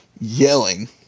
yelling